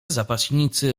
zapaśnicy